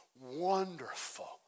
wonderful